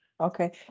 Okay